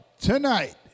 Tonight